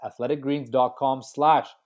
athleticgreens.com/slash